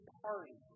party